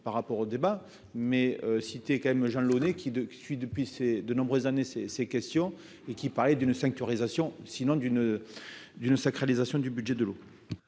par rapport au débat mais cité quand même Jean Launay qui de suit depuis ses de nombreuses années ces ces questions et qui parlait d'une sanctuarisation sinon d'une d'une sacralisation du budget de l'eau.